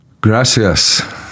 Gracias